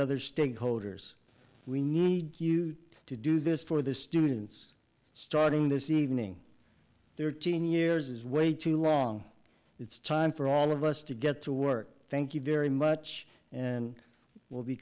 other stakeholders we need you to do this for the students starting this evening their teen years is way too long it's time for all of us to get to work thank you very much and we'll be